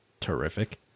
Terrific